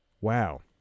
Wow